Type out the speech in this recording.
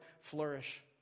flourish